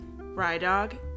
Rydog